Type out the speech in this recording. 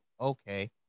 okay